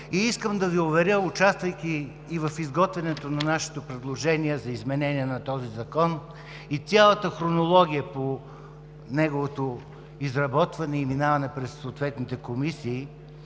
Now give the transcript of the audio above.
И искам да Ви уверя, участвайки и в изготвянето на нашето предложение за изменение на този закон, и цялата хронология по неговото изработване, и минаването през съответните комисии,